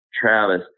Travis